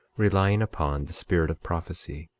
relying upon the spirit of prophecy,